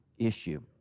Issue